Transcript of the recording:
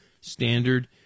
standard